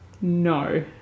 No